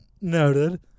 noted